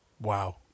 wow